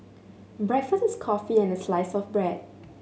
breakfast is coffee and a slice of bread